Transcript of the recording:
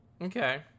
Okay